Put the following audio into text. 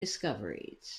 discoveries